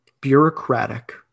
bureaucratic